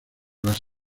las